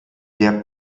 der